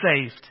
saved